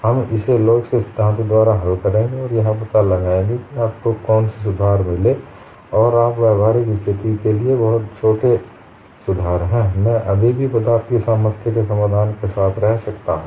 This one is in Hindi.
हम इसे लोच के सिद्धांत द्वारा हल करेंगे और यह पता लगाएंगे कि आपको कौन से सुधार मिले और आप व्यावहारिक स्थिति के लिए ये सुधार बहुत छोटे हैं मैं अभी भी पदार्थ की सामर्थ्य के समाधान के साथ रह सकता हूं